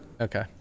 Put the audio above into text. Okay